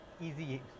easy